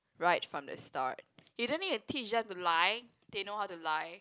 right from the start you don't need to teach them to lie they know how to lie